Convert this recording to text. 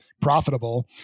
profitable